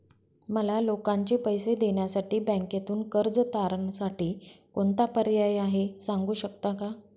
मला लोकांचे पैसे देण्यासाठी बँकेतून कर्ज तारणसाठी कोणता पर्याय आहे? सांगू शकता का?